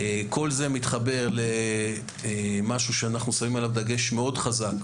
כל זה מתחבר למשהו שאנחנו שמים עליו דגש חזק מאוד,